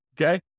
Okay